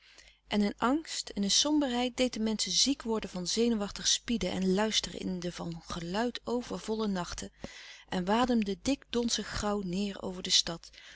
en een angst eene somberheid deed de menschen ziek worden van zenuwachtig spieden en luisteren in de van geluid overvolle nachten en wademde dik donzig grauw neêr over de stad